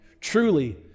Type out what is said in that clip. truly